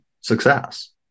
success